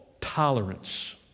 tolerance